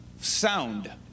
sound